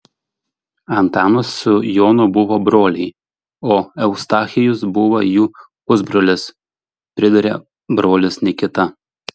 antanas su jonu buvo broliai o eustachijus buvo jų pusbrolis priduria brolis nikita